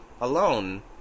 alone